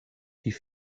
die